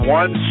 one